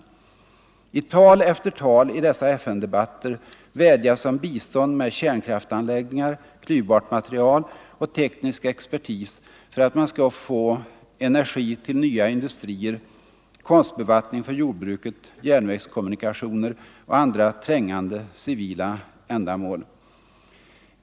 I tal efter tal i dessa FN debatter vädjas om bistånd med kärnkraftsanläggningar, klyvbart material och teknisk expertis för att man skall få energi till nya industrier, konstbevattning för jordbruket, järnvägskommunikationer och andra trängande civila ändamål.